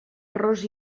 ros